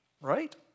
Right